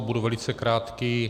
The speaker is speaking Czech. Budu velice krátký.